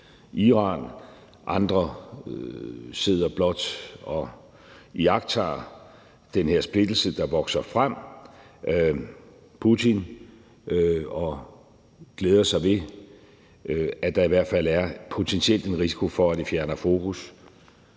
Iran; andre sidder blot og iagttager den her splittelse, der vokser frem – Putin – og glæder sig over, at der i hvert fald potentielt er en risiko for, at det fjerner fokus